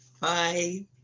Bye